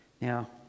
Now